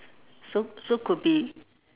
so so could be